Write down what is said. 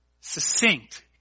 succinct